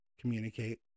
communicate